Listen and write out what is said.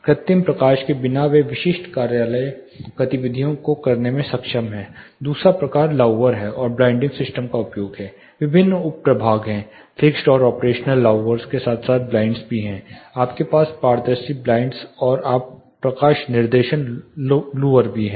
कृत्रिम प्रकाश के बिना वे विशिष्ट कार्यालय गतिविधियों को करने में सक्षम हैं दूसरा प्रकार लाउवर और ब्लाइंड सिस्टम का उपयोग है विभिन्न उप प्रभाग हैं फिक्स्ड और ऑपरेशनल लुवर के साथ साथ ब्लाइंड्स भी हैं आपके पास पारदर्शी ब्लाइंड हैं और आप प्रकाश निर्देशन लुवर भी हैं